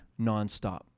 nonstop